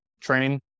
training